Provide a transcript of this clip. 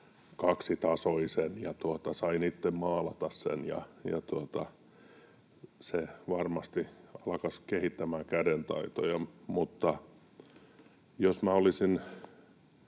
kaksitasoisen, ja sain itse maalata sen. Se varmasti alkaisi kehittämään kädentaitoja.